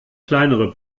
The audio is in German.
kleinere